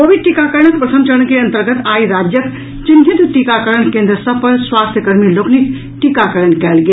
Covid टीकाकरणक प्रथम चरण के अन्तर्गत आई राज्यक चिन्हित टीकाकरण केन्द्र सभ पर स्वास्थ्यकर्मी लोकनिक टीकाकरण कयल गेल